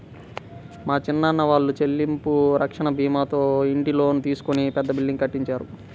మా చిన్నాన్న వాళ్ళు చెల్లింపు రక్షణ భీమాతో ఇంటి లోను తీసుకొని పెద్ద బిల్డింగ్ కట్టించారు